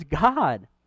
God